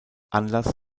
anlass